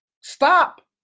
Stop